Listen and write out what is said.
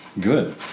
Good